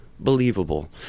believable